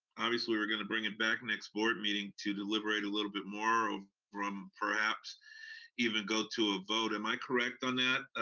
obviously we're gonna bring it back next board meeting to deliberate a little bit more, ah and perhaps even go to a vote, am i correct on that,